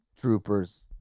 Troopers